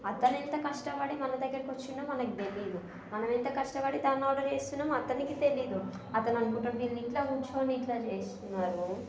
అతను ఎంత కష్టపడి మన దగ్గరికి వచ్చాడో మనకి తెలియదు మనం ఎంత కష్టపడి దాన్ని ఆర్డర్ చేస్తున్నామో అతనికి తెలియదు అతను అనుకుంటాడు వీళ్ళు ఇంట్లో కూర్చొని ఇట్లా చేస్తున్నారు